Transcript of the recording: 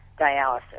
dialysis